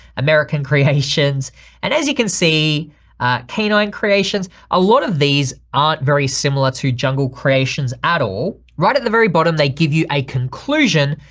american creations and as you can see canine creations a lot of these aren't very similar to jungle creations at all. right at the very bottom they give you a conclusion,